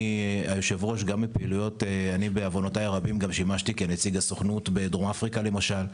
אני בעוונותיי הרבים גם שימשתי כנציג הסוכנות בדרום אפריקה למשל,